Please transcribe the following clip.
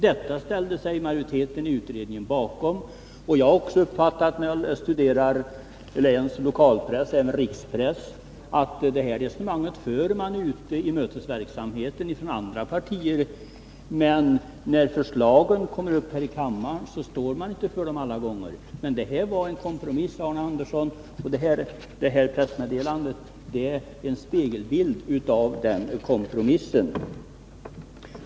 Detta ställde sig majoriteten i utredningen bakom. När jag har studerat länsoch lokalpress, och även rikspress, har jag uppfattat att man för detta resonemang ute i mötesverksamheten i andra partier. Men när förslagen kommer upp här i kammaren står man inte alla gånger för dem. Det var en kompromiss, Arne Andersson, och pressmeddelandet är en spegelbild av denna kompromiss.